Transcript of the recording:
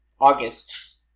August